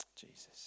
Jesus